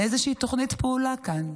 לאיזושהי תוכנית פעולה כאן.